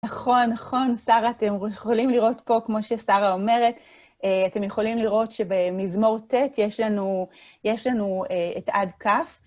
נכון, נכון, שרה, אתם יכולים לראות פה, כמו ששרה אומרת, אתם יכולים לראות שבמזמור ט' יש לנו את עד כ'.